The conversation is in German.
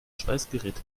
schweißgerät